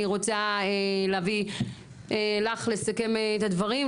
אני רוצה להביא לך לסכם את הדברים.